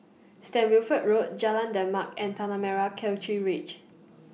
Saint Wilfred Road Jalan Demak and Tanah Merah Kechil Ridge